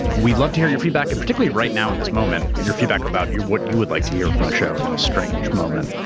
we'd love to hear your feedback, and particularly right now in this moment, your feedback about what you would like to hear from the show in this strange moment.